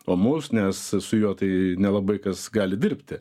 o mus nes su juo tai nelabai kas gali dirbti